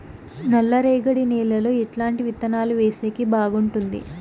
నల్లరేగడి నేలలో ఎట్లాంటి విత్తనాలు వేసేకి బాగుంటుంది?